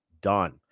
done